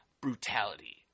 brutality